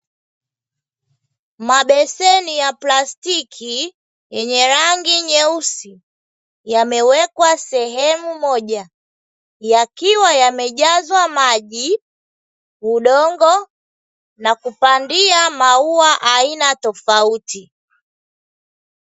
Mabeseni ya plastiki yenye rangi nyeusi, yamewekwa sehemu moja, yakiwa yamejazwa maji, udongo na kupandia maua ya aina tofauti.